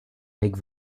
make